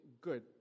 good